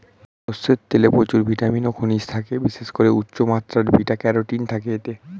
সরষের তেলে প্রচুর ভিটামিন ও খনিজ থাকে, বিশেষ করে উচ্চমাত্রার বিটা ক্যারোটিন থাকে এতে